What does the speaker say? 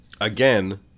again